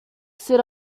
sit